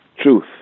truth